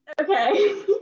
Okay